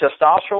testosterone